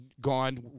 gone